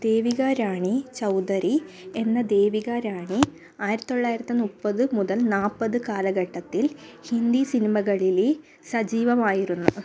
ദേവിക രാണി ചൗധരി എന്ന ദേവിക രാണി ആയിരത്തിത്തൊള്ളായിരത്തി മുപ്പത് മുതൽ നാല്പത് കാലഘട്ടത്തിൽ ഹിന്ദി സിനിമകളില് സജീവമായിരുന്നു